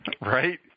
right